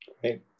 Great